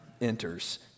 enters